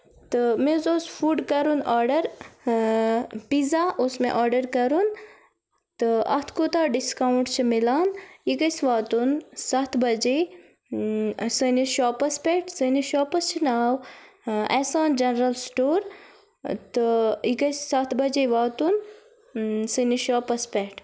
تہٕ مےٚ حظ اوس فُڈ کَرُن آرڈَر اۭں پِزا اوس مےٚ آرڈَر کَرُن تہٕ اَتھ کوٗتاہ ڈِسکاوُنٛٹ چھُ مِلان یہِ گژھِ واتُن سَتھ بَجے سٲنِس شاپَس پٮ۪ٹھ سٲنِس شاپَس چھِ ناو اَحسان جَنرل سٹور تہٕ یہِ گَژھِ سَتھ بَجے واتُن سٲنِس شاپَس پٮ۪ٹھ